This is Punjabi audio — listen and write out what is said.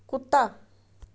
ਕੁੱਤਾ